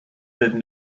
been